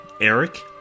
Eric